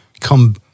come